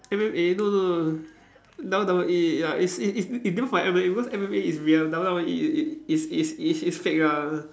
M_M_A no no no W_W_E ya it's it it it different from M_M_A because M_M_A is real W_W_E i~ i~ is is is fake lah